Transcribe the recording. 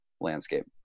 landscape